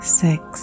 six